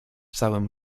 całym